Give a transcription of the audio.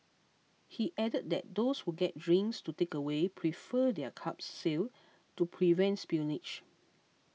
he added that those who get drinks to takeaway prefer their cups sealed to prevent spillage